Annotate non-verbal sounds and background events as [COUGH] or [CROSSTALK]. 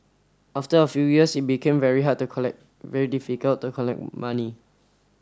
after a few years it became very hard [UNINTELLIGIBLE] very difficult to collect money